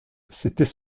c’était